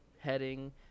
heading